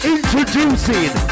Introducing